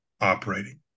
operating